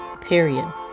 period